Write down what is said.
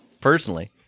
personally